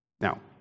Now